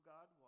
God